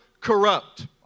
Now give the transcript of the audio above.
corrupt